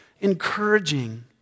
encouraging